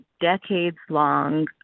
decades-long